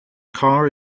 car